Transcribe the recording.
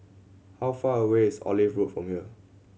how far away is Olive Road from here